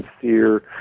sincere